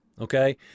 Okay